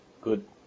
good